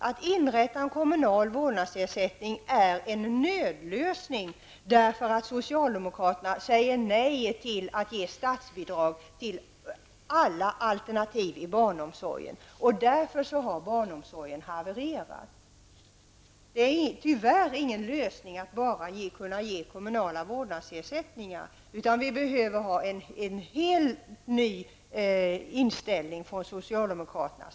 Att införa en kommunal vårdnadsersättning är en nödlösning till följd av att socialdemokraterna säger nej till statsbidrag för alla alternativ inom barnomsorgen. Det är därför som barnomsorgen har havererat. Att bara betala ut kommunal vårdnadsersättning är tyvärr ingen lösning, utan det behövs en helt ny inställning hos socialdemokraterna.